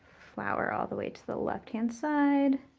flower all the way to the left-hand side.